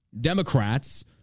Democrats